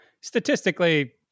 statistically